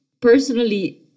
Personally